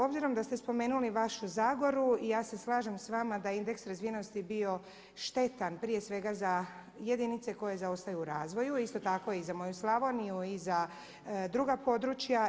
Obzirom da ste spomenuli vašu Zagoru ja se slažem sa vama da je indeks razvijenosti bio štetan prije svega za jedinice koje zaostaju u razvoju, isto tako i za moju Slavoniju i za druga područja.